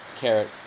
Carrot